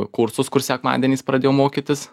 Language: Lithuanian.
kursus kur sekmadieniais pradėjau mokytis